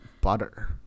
butter